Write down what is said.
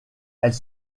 elle